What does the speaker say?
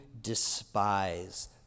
despise